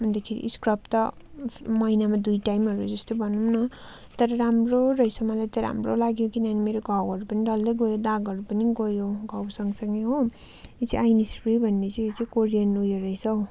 अनिदेखि scrub त महिनामा दुई टाइमहरू जस्तो भनौँ न तर राम्रो रहेछ मलाई त राम्रो लाग्यो किनभने मेरो घाउहरू पनि डल्लै गयो दागहरू पनि गयो घाउ सँग सँगै हो यो चाहिँ आइन्स फ्री भन्ने चाहिँ यो त कोरियन उयो रहेछ हौ